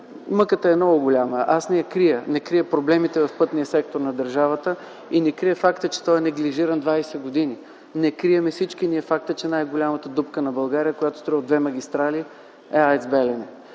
Мъката е много голяма – аз не я крия. Не крия проблемите в пътния сектор на държавата и не крия факта, че той е неглижиран 20 години. Не крием всички ние факта, че най-голямата дупка на България, която струва две магистрали, е АЕЦ „Белене”.